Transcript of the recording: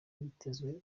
yitezwe